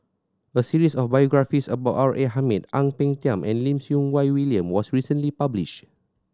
a series of biographies about R A Hamid Ang Peng Tiam and Lim Siew Wai William was recently published